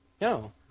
No